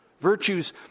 Virtues